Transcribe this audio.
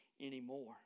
anymore